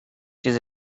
چیز